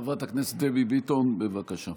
חברת הכנסת דבי ביטון, בבקשה.